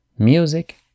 Music